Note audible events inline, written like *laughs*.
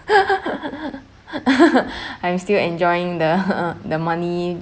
*laughs* I'm still enjoying the uh the money